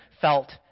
felt